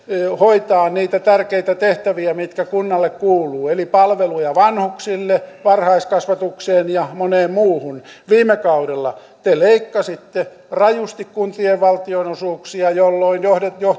hoitaa niitä tärkeitä tehtäviä mitkä kunnalle kuuluvat eli palveluja vanhuksille varhaiskasvatukseen ja moneen muuhun viime kaudella te leikkasitte rajusti kuntien valtionosuuksia jolloin